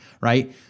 right